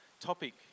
topic